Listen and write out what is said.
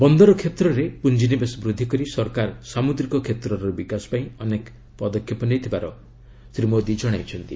ବନ୍ଦର କ୍ଷେତ୍ରରେ ପୁଞ୍ଜିନିବେଶ ବୃଦ୍ଧି କରି ସରକାର ସାମୁଦ୍ରିକ କ୍ଷେତ୍ରର ବିକାଶ ପାଇଁ ଅନେକ ପଦକ୍ଷେପ ନେଇଥିବାର ପ୍ରଧାନମନ୍ତ୍ରୀ ଜଣାଇଛନ୍ତି